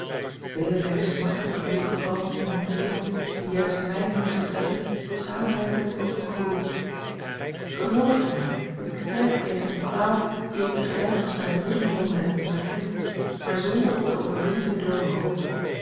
velerlei smartelijke lotgevallen en ontmoetingen die juist mij moesten treffen samenwerkende tot hun groei geloof van mij dat ik strijd tegen eene kwaal die ik tegelijk als mijne boezemzonde heb onderkend maar zonder op de overwinning te durven hopen